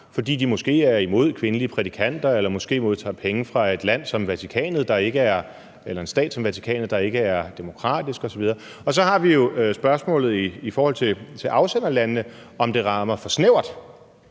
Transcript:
fordi de måske er imod kvindelige prædikanter eller måske modtager penge fra en stat som Vatikanet, der ikke er demokratisk osv.? Så har vi spørgsmålet i forhold til afsenderlandene, nemlig om det rammer for snævert.